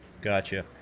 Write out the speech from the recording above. Gotcha